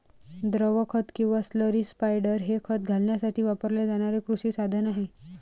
द्रव खत किंवा स्लरी स्पायडर हे खत घालण्यासाठी वापरले जाणारे कृषी साधन आहे